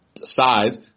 size